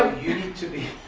you need to be,